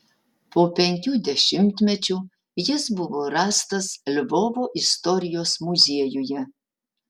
po penkių dešimtmečių jis buvo rastas lvovo istorijos muziejuje